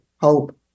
hope